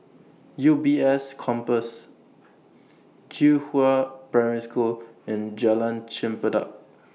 U B S Campus Qihua Primary School and Jalan Chempedak